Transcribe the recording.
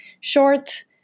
short